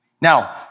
Now